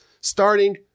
starting